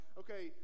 okay